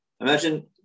Imagine